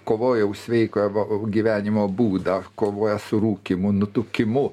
kovoja už sveiką va gyvenimo būdą kovoja su rūkymu nutukimu